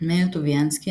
מאיר טוביאנסקי,